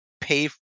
pay